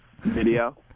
video